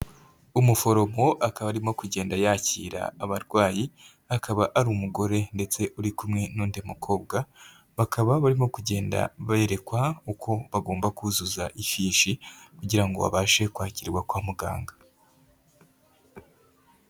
Umuforomo akaba arimo kugenda yakira abarwayi, akaba ari umugore ndetse uri kumwe n'undi mukobwa, bakaba barimo kugenda berekwa uko bagomba kuzuza ifishi kugira ngo babashe kwakirwa kwa muganga.